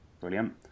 Brilliant